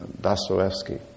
Dostoevsky